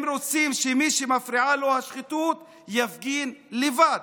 הם רוצים שמי שמפריעה לו השחיתות, יפגין לבד